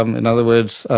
um in other words,